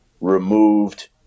removed